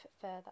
further